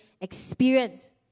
experience